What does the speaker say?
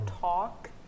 talk